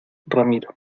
ramiro